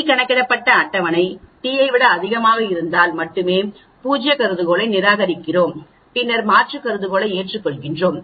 T கணக்கிடப்பட்ட அட்டவணை t ஐ விட அதிகமாக இருந்தால் மட்டுமே பூஜ்ய கருதுகோளை நிராகரிக்கிறோம் பின்னர் மாற்று கருதுகோளை ஏற்றுக்கொள்கிறோம்